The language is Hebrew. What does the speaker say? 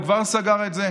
הוא כבר סגר את זה.